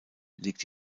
liegt